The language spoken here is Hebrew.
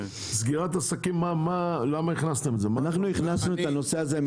למה הכנסתם סגירת עסקים?